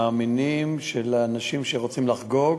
מאמינים, אנשים שרוצים לחגוג.